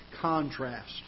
contrast